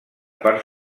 part